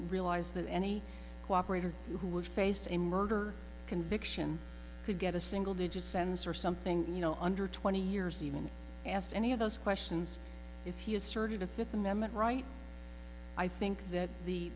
realize that any cooperation who would face a murder conviction could get a single digit sentence or something you know under twenty years even asked any of those questions if you asserted the fifth amendment right i think that the